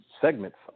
segments